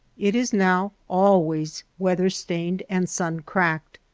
it is now always weather-stained and sun-cracked,